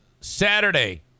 Saturday